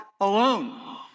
alone